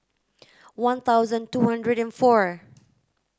one thousand two hundred and four